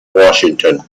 washington